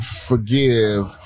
Forgive